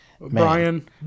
Brian